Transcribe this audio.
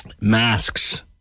masks